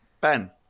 Ben